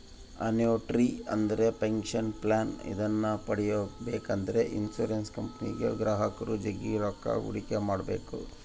annuity ಅಂದ್ರೆ pension plan ಇದನ್ನ ಪಡೆಬೇಕೆಂದ್ರ ಇನ್ಶುರೆನ್ಸ್ ಕಂಪನಿಗೆ ಗ್ರಾಹಕರು ಜಗ್ಗಿ ರೊಕ್ಕ ಹೂಡಿಕೆ ಮಾಡ್ಬೇಕು